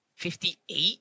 Fifty-eight